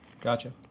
Gotcha